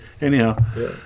Anyhow